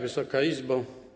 Wysoka Izbo!